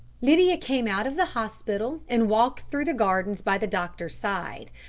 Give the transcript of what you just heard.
lydia came out of the hospital and walked through the gardens by the doctor's side.